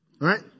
right